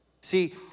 See